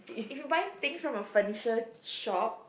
if you buy things from a furniture shop